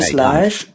Slash